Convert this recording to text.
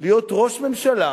להיות ראש ממשלה,